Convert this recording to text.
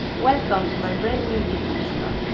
welcome to my brand new youtube channel.